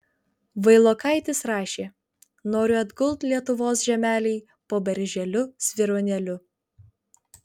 vailokaitis rašė noriu atgult lietuvos žemelėj po berželiu svyruonėliu